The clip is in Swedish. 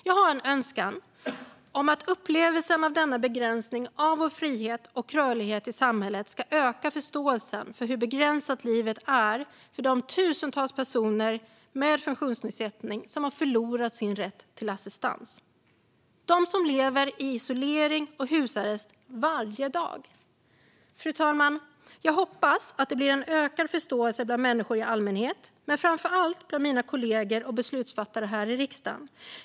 Min önskan är att upplevelsen av denna begränsning av vår frihet och rörlighet i samhället ska öka förståelsen för hur begränsat livet är för de tusentals personer med funktionsnedsättning som har förlorat sin rätt till assistans - de som lever i isolering och husarrest varje dag. Fru talman! Jag hoppas att det blir en ökad förståelse bland människor i allmänhet men framför allt bland mina kolleger och beslutsfattare här i riksdagen.